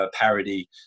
parody